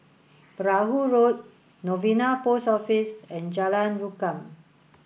Perahu Road Novena Post Office and Jalan Rukam